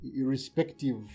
Irrespective